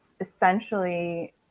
essentially